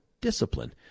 discipline